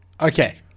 Okay